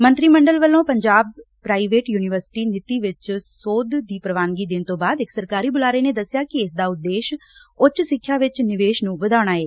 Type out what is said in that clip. ਮੰਤਰੀ ਮੰਡਲ ਵੱਲੋਂ ਪੰਜਾਬ ਪ੍ਰਾਈਵੇਟ ਯੁਨੀਵਰਸਿਟੀ ਨੀਤੀ ਵਿੱਚ ਸੋਧ ਦੀ ਪੁਵਾਨਗੀ ਦੇਣ ਤੋਂ ਬਾਅਦ ਇੱਕ ਸਰਕਾਰੀ ਬੁਲਾਰੇ ਨੇ ਦੱਸਿਆ ਕਿ ਇਸ ਦਾ ਉਦੇਸ਼ ਉਂਚ ਸਿੱਖਿਆ ਵਿੱਚ ਨਿਵੇਸ਼ ਨੂੰ ਵਧਾਉਣਾ ਏ